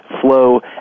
flow